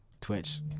Twitch